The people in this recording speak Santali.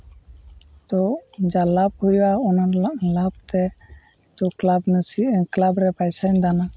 ᱛᱚ ᱡᱟ ᱞᱟᱵᱷ ᱦᱩᱭᱩᱜᱼᱟ ᱚᱱᱟ ᱨᱮᱱᱟᱜ ᱞᱟᱵᱷ ᱛᱮ ᱛᱚ ᱠᱞᱟᱵᱽ ᱱᱟᱥᱮᱭᱟᱜ ᱠᱞᱟᱵᱽ ᱨᱮ ᱯᱟᱭᱥᱟᱧ ᱫᱟᱱᱟ